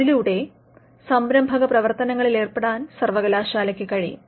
അതിലൂടെ സംരഭകപ്രവർത്തനങ്ങളിൽ ഏർപ്പെടാൻ സർവ്വകലാശാലയ്ക്ക് കഴിയും